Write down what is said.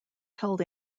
held